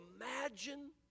imagine